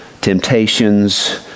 temptations